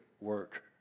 work